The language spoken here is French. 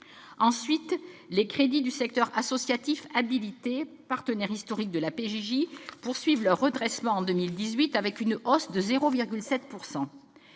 Ensuite, les crédits du secteur associatif habilité, partenaire historique de la PJJ, poursuivent leur redressement en 2018, avec une hausse de 0,7 %.